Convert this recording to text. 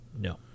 No